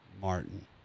Martin